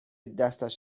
دستش